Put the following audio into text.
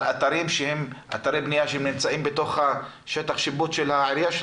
אתרי בנייה שנמצאים בתוך שטח השיפוט של העירייה.